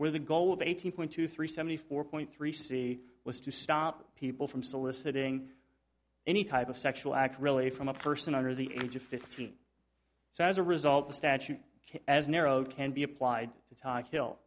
where the goal of eighteen point two three seventy four point three c was to stop people from soliciting any type of sexual act really from a person under the age of fifteen so as a result the statute as narrow can be applied to talk